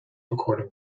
according